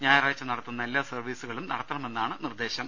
ഞായറാഴ്ച നടത്തുന്ന എല്ലാ സർവീസുകളും നടത്തണമെന്നാണ് നിർദേശം